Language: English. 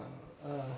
err